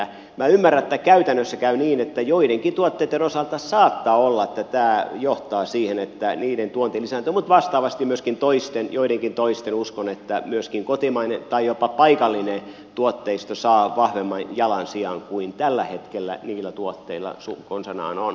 minä ymmärrän että käytännössä käy niin että joidenkin tuotteitten osalta saattaa olla että tämä johtaa siihen että niiden tuonti lisääntyy mutta vastaavasti myöskin joidenkin toisten osalta uskon että myöskin kotimainen tai jopa paikallinen tuotteisto saa vahvemman jalansijan kuin tällä hetkellä niillä tuotteilla konsanaan on